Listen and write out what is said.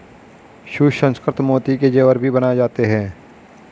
सुसंस्कृत मोती के जेवर भी बनाए जाते हैं